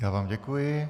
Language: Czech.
Já vám děkuji.